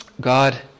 God